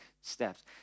steps